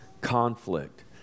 conflict